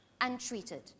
untreated